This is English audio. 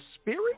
spirit